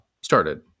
started